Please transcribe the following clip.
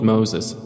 Moses